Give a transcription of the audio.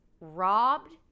robbed